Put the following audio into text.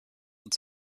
und